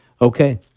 Okay